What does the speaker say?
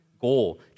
goal